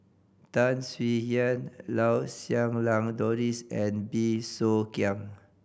Tan Swie Hian Lau Siew Lang Doris and Bey Soo Khiang